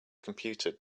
computer